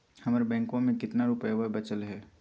हमर बैंकवा में कितना रूपयवा बचल हई?